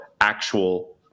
actual